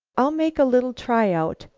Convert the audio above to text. i'll make a little try-out.